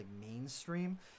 mainstream